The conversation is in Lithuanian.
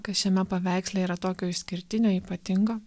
kas šiame paveiksle yra tokio išskirtinio ypatingo